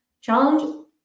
Challenge